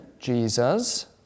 Jesus